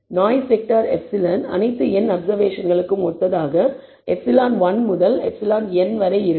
noise vector ε அனைத்து n அப்சர்வேஷன்களுக்கும் ஒத்ததாக ε1 முதல் εn வரை இருக்கும்